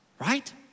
Right